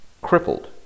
crippled